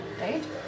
right